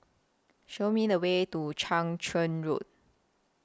Show Me The Way to Chang Charn Road